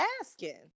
asking